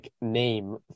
name